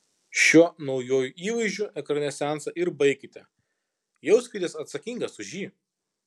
šiuo naujuoju įvaizdžiu ekrane seansą ir baikite jauskitės atsakingas už jį